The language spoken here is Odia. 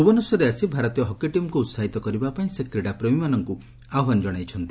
ଭୁବନେଶ୍ୱର ଆସି ଭାରତୀୟ ହକି ଟିମ୍କୁ ଉସାହିତ କରିବାପାଇଁ ସେ କ୍ରୀଡ଼ାପ୍ରେମୀମାନଙ୍କୁ ଆହ୍ୱାନ ଜଶାଇଛନ୍ତି